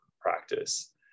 practice